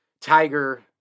Tiger